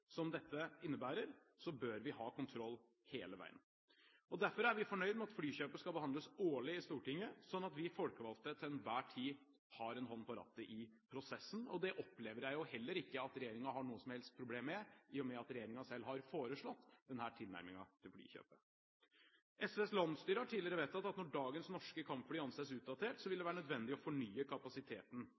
som dette innebærer, bør vi ha kontroll hele veien. Derfor er vi fornøyd med at flykjøpet skal behandles årlig i Stortinget, sånn at vi folkevalgte til enhver tid har en hånd på rattet i prosessen. Det opplever jeg heller ikke at regjeringen har noe som helst problem med, i og med at regjeringen selv har foreslått denne tilnærmingen til flykjøpet. SVs landsstyre har tidligere vedtatt at når dagens norske kampfly anses utdatert, vil det være nødvendig å fornye kapasiteten.